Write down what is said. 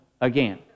again